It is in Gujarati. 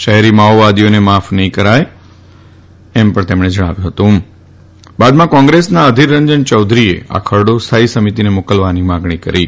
શહેરી માઓવાદીઓને પણ માફ નહીં કરાય બાદમાં કોંગ્રેસના અધિર રંજન ચૌધરીએ આ ખરડ સ્થાથી સમિતિને માકલવાની માંગણી કરી હતી